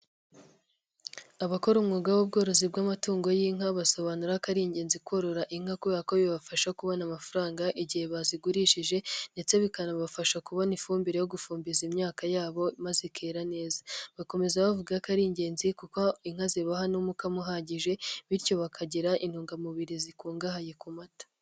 Abakora umwuga w'ubworozi bw'amatungo y'inka basobanura ko ari ingenzi korora inka kubera ko bibafasha kubona amafaranga igihe bazigurishije ndetse bikanabafasha kubona ifumbire yo gufumbiza imyaka yabo maze ikera neza, bakomeza bavuga ko ari ingenzi kuko inka zibaha n'umukamo uhagije bityo bakagira intungamubiri zikungahaye ku mata.